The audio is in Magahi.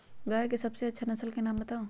गाय के सबसे अच्छा नसल के नाम बताऊ?